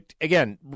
again